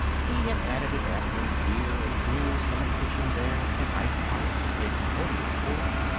he had added a bedroom here, a cool summer kitchen there, an icehouse, a commodious porch,